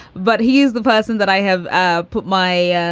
but he is the person that i have ah put my